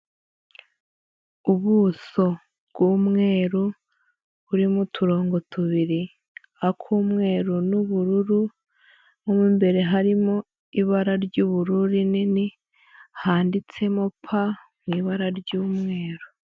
Ubuso bw'umweru burimo uturongo tubiri, ak'umweru n'ubururu mo imbere harimo ibara ry'ubururu rinini, handitsemo pa mu ibara ry'umweru.